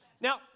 Now